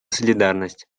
солидарность